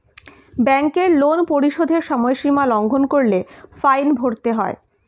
ব্যাংকের লোন পরিশোধের সময়সীমা লঙ্ঘন করলে ফাইন ভরতে হয়